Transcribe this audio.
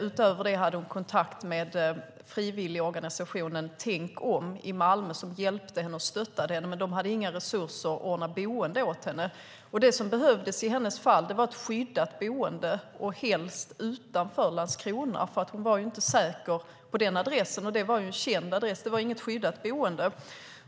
Utöver det hade hon kontakt med frivilligorganisationen Tänk om i Malmö som hjälpte och stöttade henne. De hade dock inga resurser för att kunna ordna boende åt henne. I hennes fall behövdes ett skyddat boende, helst utanför Landskrona. Hon var inte säker på den adress hon hade, som ju var känd. Det var inget skyddat boende.